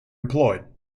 employed